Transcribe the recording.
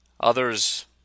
Others